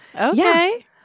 Okay